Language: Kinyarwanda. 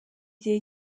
gihe